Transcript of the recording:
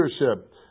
leadership